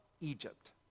Egypt